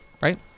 right